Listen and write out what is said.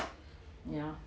ya